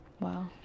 Wow